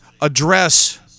address